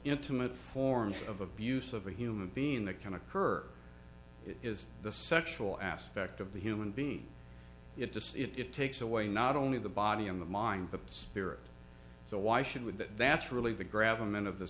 intimate forms of abuse of a human being that can occur is the sexual aspect of the human being it just it takes away not only the body and the mind but spirit so why should would that that's really the gravel min of this